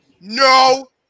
No